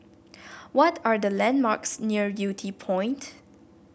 what are the landmarks near Yew Tee Point